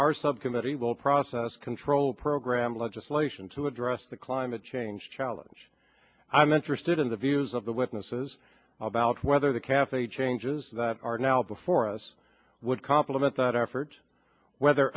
subcommittee will process control program legislation to address the climate change challenge i'm interested in the views of the witnesses about whether the cafe changes that are now before us would compliment that effort whether